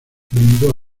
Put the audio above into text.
brindó